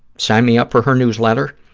sign me up for her newsletter.